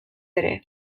ere